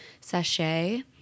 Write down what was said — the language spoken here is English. sachet